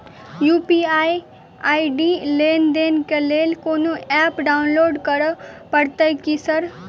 UPI ID लेनदेन केँ लेल कोनो ऐप डाउनलोड करऽ पड़तय की सर?